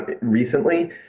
recently